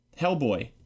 Hellboy